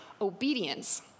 Obedience